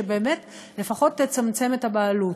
שבאמת לפחות תצמצם את הבעלות.